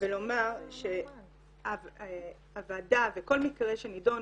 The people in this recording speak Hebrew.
ולומר שהוועדה וכל מקרה שנדון,